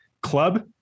club